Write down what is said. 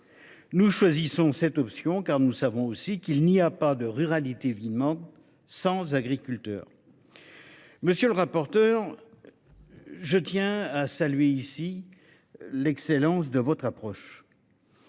Nous choisissons cette option, car nous savons qu’il n’y a pas de ruralité vivante sans agriculteurs ! Monsieur le rapporteur, je tiens à saluer l’excellence de votre approche.